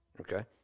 okay